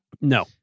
No